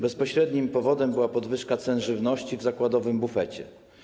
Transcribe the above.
Bezpośrednim powodem była podwyżka cen żywności w zakładowym bufecie.